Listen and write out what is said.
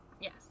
Yes